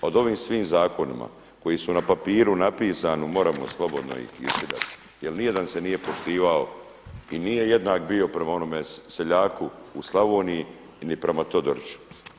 A o ovim svim zakonima koji su na papiru napisani možemo slobodno ih iskidati jer ni jedan se nije poštivao i nije jednak bio prema onome seljaku u Slavoniji i ni prema Todoriću.